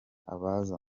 abaza